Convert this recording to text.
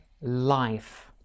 life